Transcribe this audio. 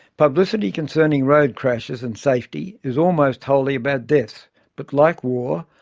publicity concerning road crashes and safety is almost wholly about deaths but, like war,